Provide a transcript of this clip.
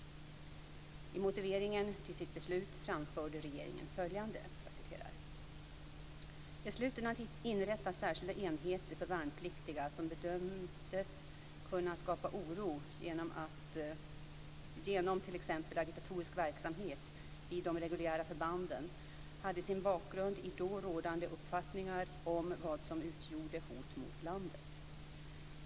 I motiveringen till sitt beslut framförde regeringen följande: "Besluten att inrätta särskilda enheter för värnpliktiga som bedömdes kunna skapa oro genom till exempel agitatorisk verksamhet vid de reguljära förbanden hade sin bakgrund i då rådande uppfattningar om vad som utgjorde hot mot landet.